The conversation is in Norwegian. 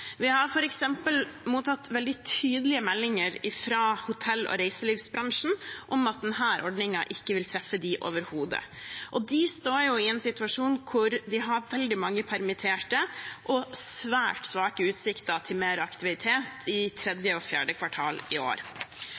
Vi har f.eks. mottatt veldig tydelige meldinger fra hotell- og reiselivsbransjen om at denne ordningen ikke vil treffe dem overhodet. De står i en situasjon hvor de har veldig mange permitterte og svært svake utsikter til mer aktivitet i tredje og fjerde kvartal i år.